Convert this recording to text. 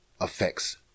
affects